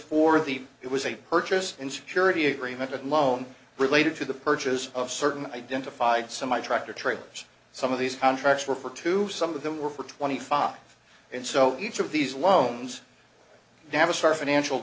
for the it was a purchase and security agreement a loan related to the purchase of certain identified so my tractor trailers some of these contracts were for to some of them were twenty five and so each of these loans navistar financial